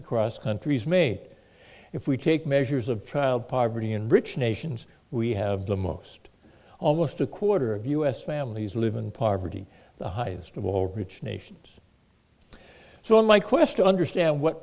across countries mate if we take measures of child poverty in rich nations we have the most almost a quarter of u s families live in poverty the highest of all rich nations so in my quest to understand what